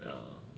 ya